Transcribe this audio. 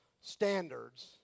standards